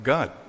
God